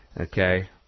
okay